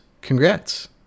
Congrats